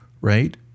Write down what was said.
right